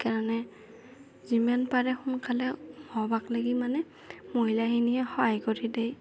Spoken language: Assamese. সেইকাৰণে যিমান পাৰে সোনকালে হ'বাক ল'গি মানে মহিলাখিনিয়ে সহায় কৰি দেই